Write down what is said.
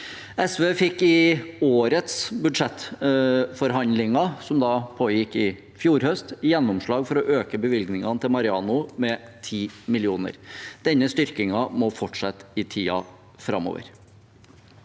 SV fikk i årets budsjettforhandlinger, som pågikk i fjor høst, gjennomslag for å øke bevilgningene til Mareano med 10 mill. kr. Denne styrkingen må fortsette i tiden framover.